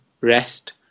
rest